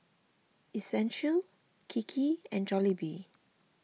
Essential Kiki and Jollibee